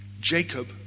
Jacob